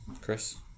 Chris